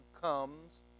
comes